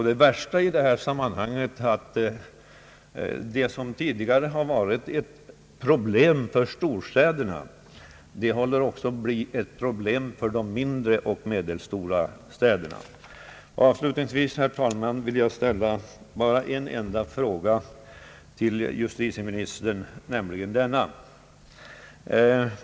Det värsta är att detta problem, som tidigare var ett speciellt storstadsbekymmer, nu håller på att sprida sig till de mindre och medelstora städerna. Avslutningsvis vill jag, herr talman, ställa en enda fråga till justitieministern.